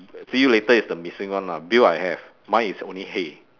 see you later is the missing one lah bill I have mine is only hey